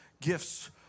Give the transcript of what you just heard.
gifts